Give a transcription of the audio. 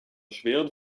schweren